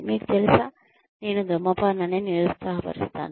మీకు తెలుసా నేను ధూమపానాన్ని నిరుత్సాహపరుస్తాను